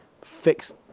fix